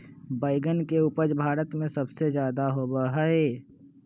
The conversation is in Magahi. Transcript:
बैंगन के उपज भारत में सबसे ज्यादा होबा हई